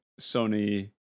Sony